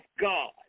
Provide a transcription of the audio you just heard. God